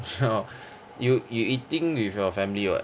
hor you you eating with your family or what